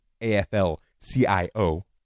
AFL-CIO